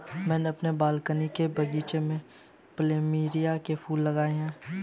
मैंने अपने बालकनी के बगीचे में प्लमेरिया के फूल लगाए हैं